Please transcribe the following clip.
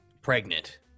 pregnant